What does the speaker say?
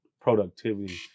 productivity